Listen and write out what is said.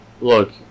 Look